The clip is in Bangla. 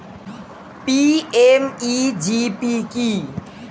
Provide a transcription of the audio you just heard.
পি.এম.ই.জি.পি কি?